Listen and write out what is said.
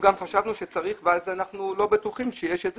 חשבנו גם שצריך ואנחנו לא בטוחים שיש את זה,